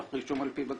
רישום על פי בקשתו,